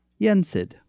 Yensid